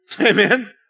Amen